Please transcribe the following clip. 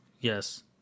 Yes